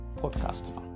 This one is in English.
podcast